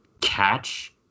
catch